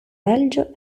belgio